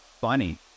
funny